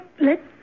let